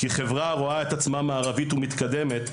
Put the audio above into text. כחברה הרואה את עצמה מערבית ומתקדמת,